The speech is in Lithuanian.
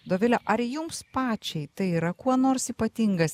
dovile ar jums pačiai tai yra kuo nors ypatingas